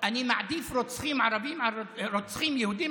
אבל הרוצח הוא יהודי,